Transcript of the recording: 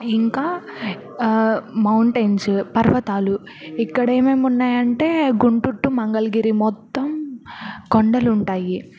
ఇంకా మౌంటైన్స్ పర్వతాలు ఇక్కడ ఏమేమున్నాయంటే గుంటురు టు మంగళగిరి మొత్తం కొండలుంటాయి